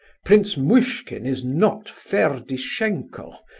prince muishkin is not ferdishenko,